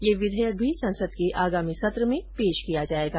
यह विधेयक भी संसद के आगामी सत्र में पेश किया जायेगा